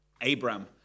Abraham